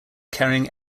carrying